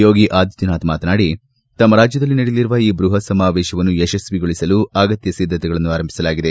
ಯೋಗಿ ಆದಿತ್ಯನಾಥ್ ಮಾತನಾಡಿ ತಮ್ಮ ರಾಜ್ಯದಲ್ಲಿ ನಡೆಯಲಿರುವ ಈ ಬೃಹತ್ ಸಮಾವೇಶವನ್ನು ಯಶಸ್ವಿಗೊಳಿಸಲು ಅಗತ್ಯ ಸಿದ್ದತೆಗಳನ್ನು ಆರಂಭಿಸಲಾಗಿದೆ